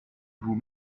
vous